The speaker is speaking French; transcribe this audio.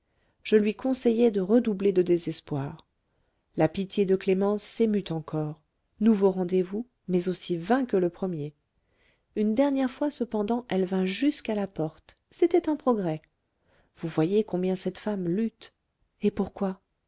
je lui conseillai de redoubler de désespoir la pitié de clémence s'émut encore nouveau rendez-vous mais aussi vain que le premier une dernière fois cependant elle vint jusqu'à la porte c'était un progrès vous voyez combien cette femme lutte et pourquoi